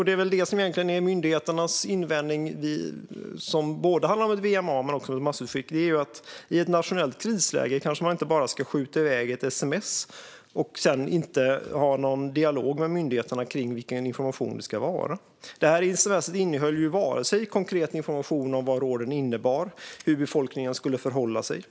Det som egentligen är myndigheternas invändning när det gäller VMA eller massutskick är ju att man i ett nationellt krisläge väl inte bara ska skjuta iväg ett sms utan att ha någon dialog med myndigheterna om vilken information det ska vara. Det här sms:et innehöll ju varken konkret information om vad råden innebar eller något om hur befolkningen skulle förhålla sig.